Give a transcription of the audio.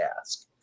ask